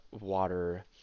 water